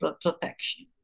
protection